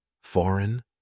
Foreign